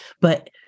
but-